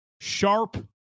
sharp